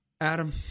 Adam